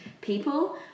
people